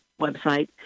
website